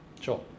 Sure